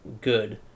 good